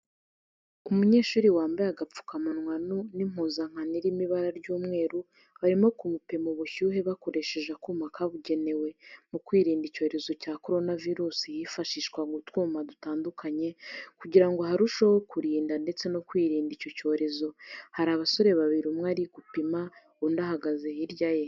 Umunyeshuri wambaye agapfukamunwa n'impuzankano irimo ibara ry'umweru barimo ku mupima ubushyuhe bakoresheje akuma kabugenewe. Mu kwirinda icyorezo cya korona virusi hifashishwaga utwuma dutandukanye kugira ngo harusheho kurinda ndetse no kwiranda icyo cyorezo. Hari absore babiri umwe arimo gupima undi ahagaze hirya ye.